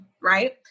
right